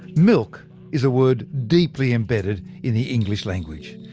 milk is a word deeply embedded in the english language.